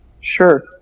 Sure